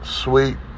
sweet